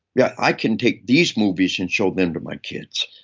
yeah, i can take these movies and show them to my kids.